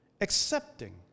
accepting